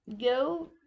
go